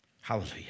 Hallelujah